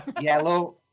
Yellow